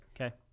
Okay